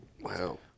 Wow